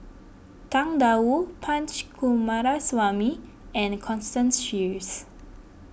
Tang Da Wu Punch Coomaraswamy and Constance Sheares